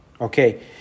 Okay